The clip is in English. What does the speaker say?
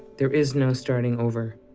there is no starting over.